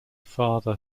father